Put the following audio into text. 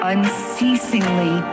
unceasingly